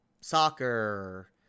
soccer